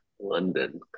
London